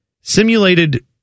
simulated